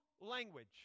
language